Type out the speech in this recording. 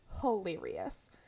hilarious